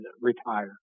retire